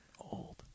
Old